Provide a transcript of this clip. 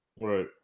Right